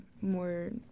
more